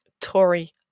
Tory